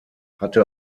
hatte